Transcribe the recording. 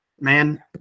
man